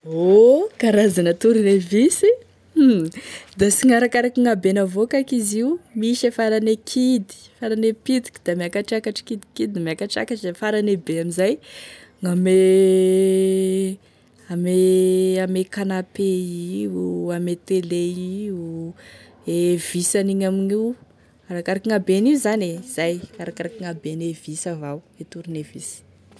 O karazana tornevisy, hum da sy gn'arakaraky gn'abeny avao kaiky izy io misy e farane kidy farane pitiky da miakatrakatry kidikidy miakatrakatry, da farane be amin'izay, de ame ame ame canapé io, ame télé io, e visy haniny amin'io, arakaraky gna'abeny io zany e, arakaraky gn'abeny e visy avao gne tornevisy.